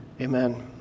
amen